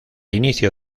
inicio